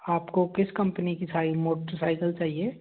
आपको किस कम्पनी की साइन मोटर साइकल चाहिए